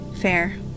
Fair